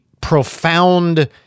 profound